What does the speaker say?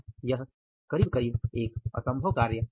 यह करीब करीब असंभव है